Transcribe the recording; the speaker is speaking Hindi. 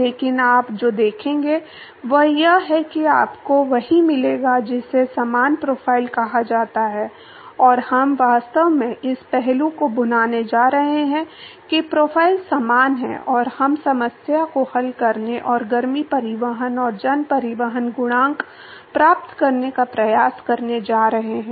लेकिन आप जो देखेंगे वह यह है कि आपको वही मिलेगा जिसे समान प्रोफ़ाइल कहा जाता है और हम वास्तव में इस पहलू को भुनाने जा रहे हैं कि प्रोफ़ाइल समान है और हम समस्या को हल करने और गर्मी परिवहन और जन परिवहन गुणांक प्राप्त करने का प्रयास करने जा रहे हैं